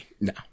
No